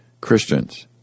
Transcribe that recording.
Christians